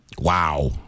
Wow